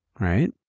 right